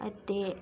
अते